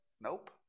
Nope